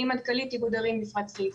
אני מנכ"לית איגוד ערים, מפרץ חיפה.